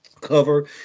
cover